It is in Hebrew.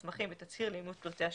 מסמכים ותצהיר לאימות פרטי השינוי.